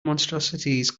monstrosities